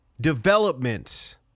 Development